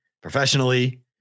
professionally